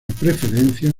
preferencia